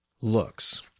looks